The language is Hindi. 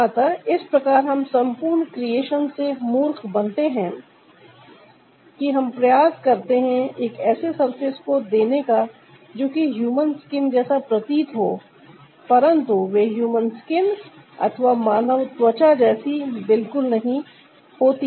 अतः इस प्रकार हम संपूर्ण क्रिएशन से मूर्ख बनते हैं कि हम प्रयास करते हैं एक ऐसे सरफेस को देने का जो कि ह्यूमन स्किन जैसा प्रतीत हो परंतु वे हूमन स्किन अथवा मानव त्वचा जैसी बिल्कुल नहीं होती